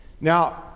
Now